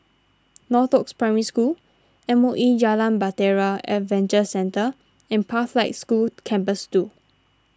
Northoaks Primary School M O E Jalan Bahtera Adventure Centre and Pathlight School Campus two